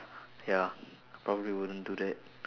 ya probably wouldn't do that